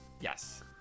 Yes